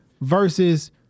versus